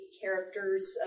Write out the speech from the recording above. characters